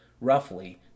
roughly